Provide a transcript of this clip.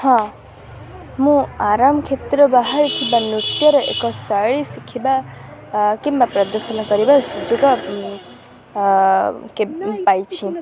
ହଁ ମୁଁ ଆରାମ କ୍ଷେତ୍ର ବାହାରେ ଥିବା ନୃତ୍ୟର ଏକ ଶୈଳୀ ଶିଖିବା କିମ୍ବା ପ୍ରଦର୍ଶନ କରିବା ସୁଯୋଗ ପାଇଛି